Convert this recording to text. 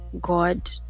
god